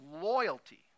loyalty